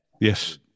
Yes